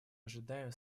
ожидаем